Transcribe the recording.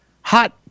hot